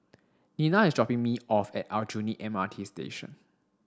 Nena is dropping me off at Aljunied M R T Station